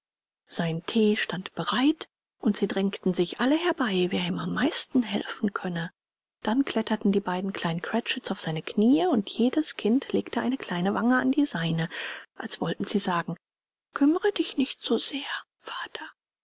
sein thee stand bereit und sie drängten sich alle herbei wer ihm am meisten helfen könne dann kletterten die beiden kleinen cratchits auf seine kniee und jedes kind legte eine kleine wange an die seine als wollten sie sagen kümmere dich nicht so sehr vater